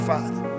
Father